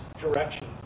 direction